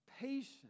patience